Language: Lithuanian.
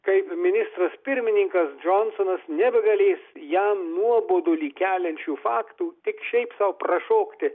taip ministras pirmininkas džonsonas nebegalės jam nuobodulį keliančių faktų tik šiaip sau prašokti